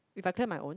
if I clear my own